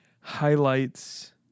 highlights